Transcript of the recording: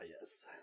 yes